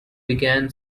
began